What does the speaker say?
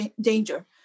danger